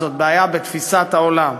זאת בעיה בתפיסת העולם.